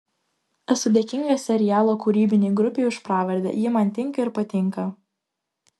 esu dėkingas serialo kūrybinei grupei už pravardę ji man tinka ir patinka